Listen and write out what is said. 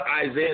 Isaiah